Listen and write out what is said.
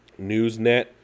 NewsNet